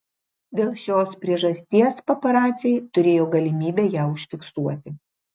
dėl šios priežasties paparaciai turėjo galimybę ją užfiksuoti